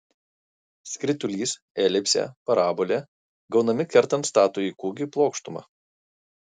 skritulys elipsė parabolė gaunami kertant statųjį kūgį plokštuma